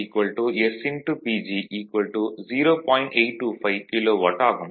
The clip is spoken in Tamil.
825 கிலோ வாட் ஆகும்